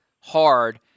hard